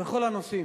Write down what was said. בכל הנושאים,